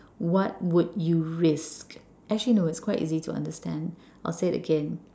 what would you risk actually no its quite easy to understand I'll say it again